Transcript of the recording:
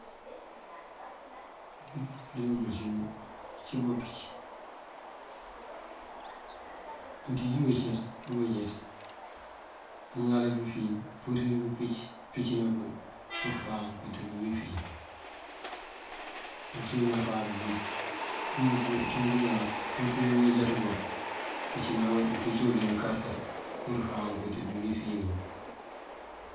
Pëëbik uleemp pël ací bampic. Mënţíj uweenjaţ amëŋalaţ pëfin wul mëmpurir pëmpicëna pël pur fáan këwët píifin, wul cíwun náfá pëëbik. Pëëbik apurir kanţënk ñaan, mëpursir uweejaţ koo këmpic wul díka karëtá pur fáan këwët píibi fin wël.